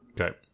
Okay